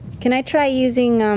can i try using.